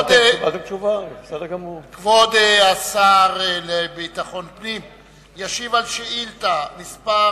כבוד השר לביטחון פנים ישיב על שאילתא מס'